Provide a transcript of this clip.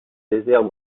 désert